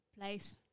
place